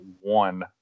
one